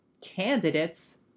candidates